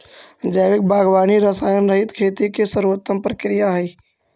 जैविक बागवानी रसायनरहित खेती के सर्वोत्तम प्रक्रिया हइ